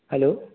hello